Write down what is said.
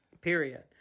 Period